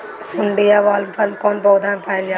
सुंडी या बॉलवर्म कौन पौधा में पाइल जाला?